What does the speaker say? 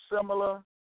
Similar